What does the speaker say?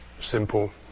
simple